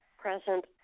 present